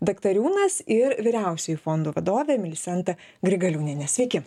daktariūnas ir vyriausioji fondų vadovė milisenta grigaliūnienė sveiki